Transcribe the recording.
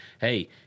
Hey